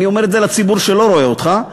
אני אומר את זה לציבור שלא רואה אותך,